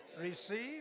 receive